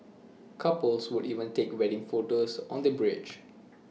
couples would even take wedding photos on the bridge